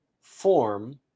form